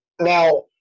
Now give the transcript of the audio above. Now